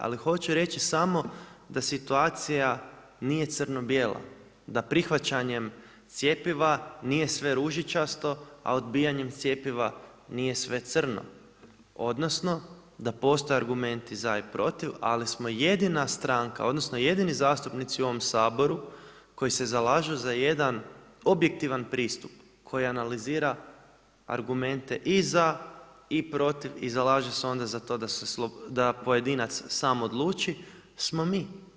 Ali hoću reći samo da situacija nije crno-bijela, da prihvaćanjem cjepiva nije sve ružičasto, a odbijanjem cjepiva nije sve crno odnosno da postoje argumenti za i protiv, ali smo jedina stranka odnosno jedini zastupnici u ovom Saboru koji se zalažu za jedan objektivan pristup koji analizira argumente i za i protiv i zalaže se onda za to da pojedinac sam odluči smo mi.